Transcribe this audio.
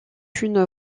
une